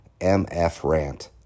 MFRANT